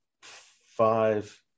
five